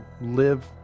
live